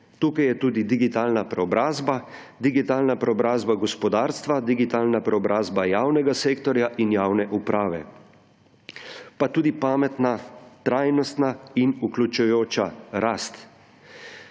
Tu je tudi digitalna preobrazba, digitalna preobrazba gospodarstva, digitalna preobrazba javnega sektorja in javne uprave, pa tudi pametna, trajnostna in vključujoča rast.